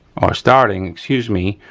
or starting, excuse me,